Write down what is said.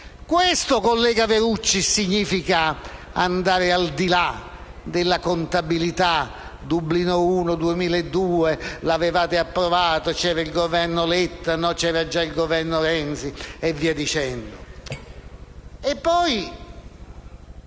Questo, collega Verducci, significa andare al di là della contabilità ("Dublino 1, il 2002, l'approvazione; c'era il Governo Letta o c'era già il Governo Renzi", e via dicendo).